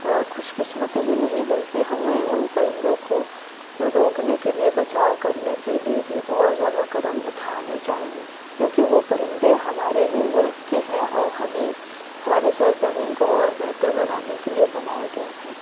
خوش قسمتی ہی نہیں بلکہ ہمیں ان پرندوں کو روکنے کے لیے بچاؤ کرنے کے لیے بھی اور زیادہ قدم اٹھانے چاہیے کیونکہ وہ پرندے ہمارے ہی ملک کے ہیں اور ہمیں ہماری سرزمین کو اور بہتر بنانے کے لیے بنائے گیے ہیں